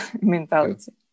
mentality